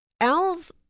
Owls